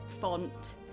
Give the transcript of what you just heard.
font